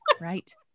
right